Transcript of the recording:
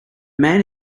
man